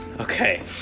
Okay